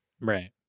Right